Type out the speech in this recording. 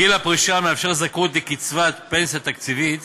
גיל הפרישה המאפשר זכאות לקצבת פנסיה תקציבית